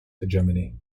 hegemony